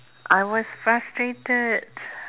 I was frustrated